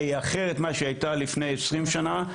היא אחרת ממה שהיא הייתה לפני 20 שנה.